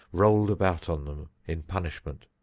rolled about on them in punishment.